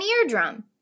eardrum